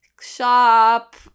shop